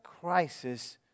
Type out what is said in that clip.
crisis